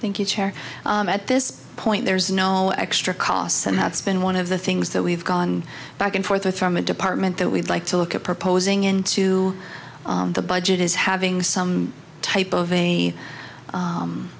thank you chair at this point there's no extra costs and that's been one of the things that we've gone back and forth from a department that we'd like to look at proposing into the budget is having some type of